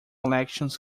elections